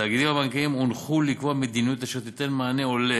התאגידים הבנקאיים הונחו לקבוע מדיניות אשר תיתן מענה הולם